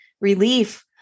relief